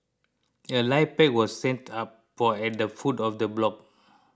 a life pack was set up for at the foot of the block